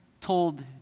told